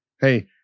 Hey